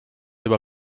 juba